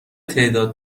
تعداد